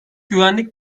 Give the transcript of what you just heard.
güvenlik